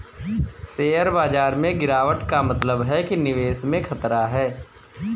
share बाजार में गिराबट का मतलब है कि निवेश में खतरा है